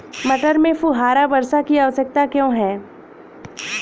मटर में फुहारा वर्षा की आवश्यकता क्यो है?